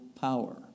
power